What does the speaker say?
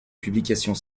publications